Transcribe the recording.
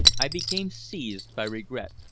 i became seized by regret.